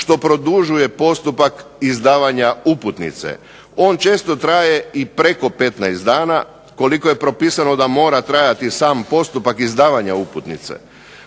što produžuje postupak izdavanja uputnice. On često traje i preko 15 dana koliko je propisano da mora trajati sam postupak izdavanja uputnice.